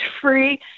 free